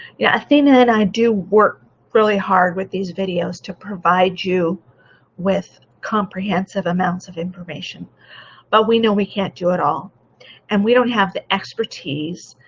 yeah athena and i do work really hard with these videos to provide you with comprehensive amounts of information but we know we can't do it all and we don't have the expertise,